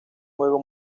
juego